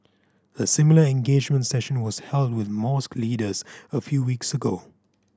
a similar engagement session was held with mosque leaders a few weeks ago